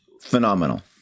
phenomenal